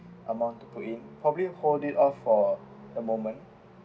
amount to put in probably hold it off for a moment